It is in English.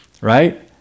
right